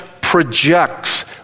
projects